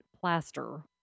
plaster